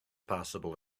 possible